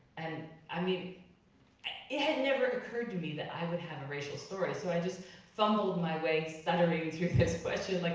and, i mean it had never occurred to me that i would have a racial story. so i just fumbled my way, stuttering through this question, like